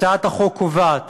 הצעת החוק קובעת